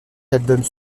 albums